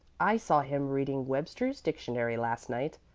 i saw him reading webster's dictionary last night.